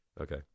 Okay